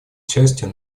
частью